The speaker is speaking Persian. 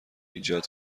ایجاد